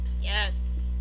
yes